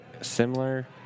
similar